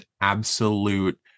absolute